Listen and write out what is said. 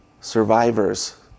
survivors